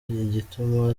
igituma